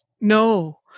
No